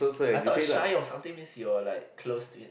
I thought shy of something means you are like close to it